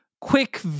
quick